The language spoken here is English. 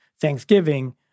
Thanksgiving